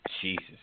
Jesus